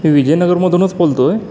मी विजयनगरमधूनच बोलतो आहे